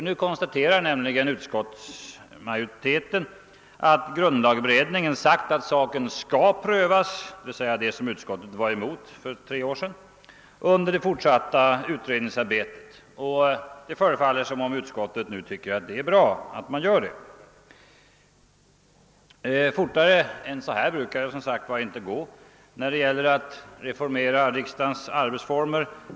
Nu konstaterar nämligen utskottsmajoriteten att grundlagberedningen sagt att saken skall prövas — d.v.s. det som utskottet var emot för tre år sedan — under det fortsatta utredningsarbetet. Det förefaller också som om utskottet tycker att det är bra att grundlagberedningen gör en sådan prövning. Fortare än så här brukar det som sagt inte gå när det gäller att reformera riksdagens arbetsformer.